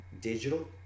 digital